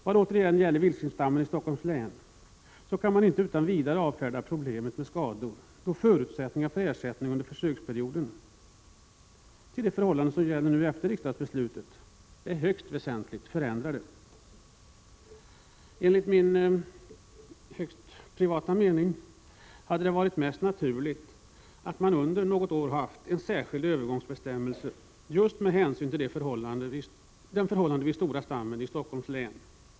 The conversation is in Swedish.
Vad återigen gäller vildsvinsstammen i Stockholms län kan man inte utan vidare avfärda problemet med skador, då förutsättningarna för ersättning under försöksperioden jämfört med de förhållanden som gäller efter riksdagsbeslutet är väsentligt förändrade. Enligt min högst privata mening hade det varit mest naturligt att man under något år haft en särskild övergångsbestämmelse, just med hänsyn till den förhållandevis stora stammen i Stockholms län.